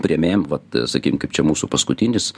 priėmėjam vat sakykim kaip čia mūsų paskutinis